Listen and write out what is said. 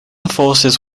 forces